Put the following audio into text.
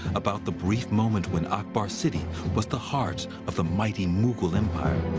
about the brief moment when akbar's city was the heart of the mighty mughal empire.